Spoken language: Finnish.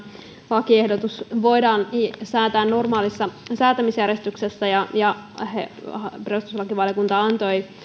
lakiehdotus voidaan säätää normaalissa säätämisjärjestyksessä ja ja perustuslakivaliokunta antoi